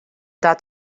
dat